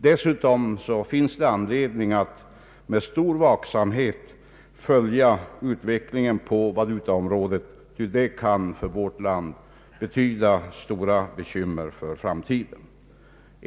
Dessutom finns det anledning att med stor vaksamhet följa utvecklingen på valutaområdet, ty den kan för vårt land betyda stora bekymmer för framtiden.